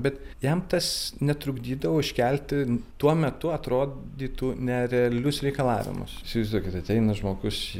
bet jam tas netrukdydavo iškelti tuo metu atrodytų nerealius reikalavimus įsivaizduokit ateina žmogus